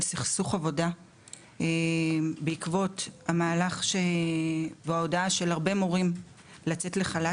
סכסוך עבודה בעקבות המהלך וההודעה של הרבה מורים לצאת לחל"ת.